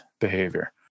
behavior